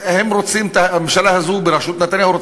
בראשות נתניהו,